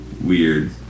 weird